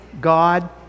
God